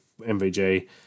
MVG